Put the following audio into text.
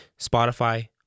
Spotify